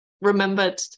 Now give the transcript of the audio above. remembered